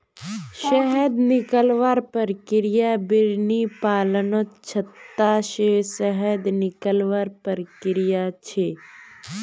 शहद निकलवार प्रक्रिया बिर्नि पालनत छत्ता से शहद निकलवार प्रक्रिया छे